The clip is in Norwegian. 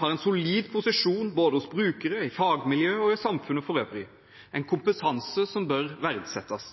har en solid posisjon både hos brukere, i fagmiljø og i samfunnet for øvrig, en kompetanse som bør verdsettes.